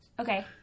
Okay